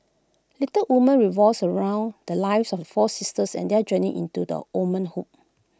Little Women revolves around the lives of four sisters and their journey into womanhood